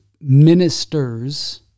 ministers